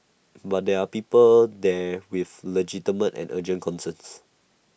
but there are people there with legitimate and urgent concerns